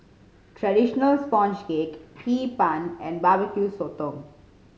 traditional sponge cake Hee Pan and Barbecue Sotong